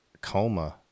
coma